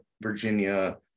Virginia